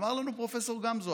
אמר לנו פרופ' גמזו,